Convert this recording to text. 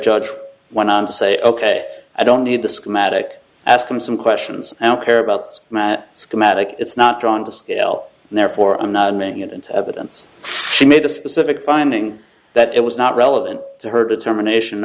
judge went on to say ok i don't need the schematic ask them some questions i don't care about matt schematic it's not drawn to scale and therefore i'm not making it into evidence she made a specific finding that it was not relevant to her determination